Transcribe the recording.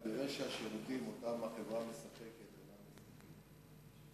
ונראה שהשירותים שהחברה מספקת אינם מספקים.